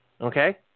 Okay